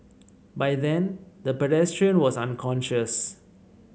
by then the pedestrian was unconscious